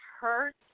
hurt